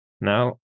Now